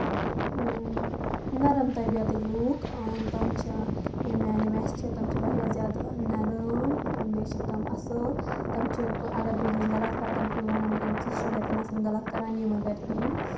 نَرم تٔبیتٕکۍ لُکھ تِم چھِ یِم میانہِ ویسہٕ چھِ تِم چھِ واریاہ زیادٕ نرم بیٚیہِ چھِ تِم اَصٕل تِم چھِ اَگر بہٕ کیٚنٛہہ غلط کرٕ تِم چھِ مےٚ وَنان نہ ژٕ چھَکھ ییٚتہِ نسَن غلط کران یہِ مہٕ کر کہیٖنۍ